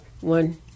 one